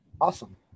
awesome